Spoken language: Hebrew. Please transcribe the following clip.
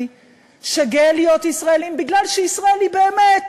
שגאה להיות ישראלי מפני שישראל היא באמת,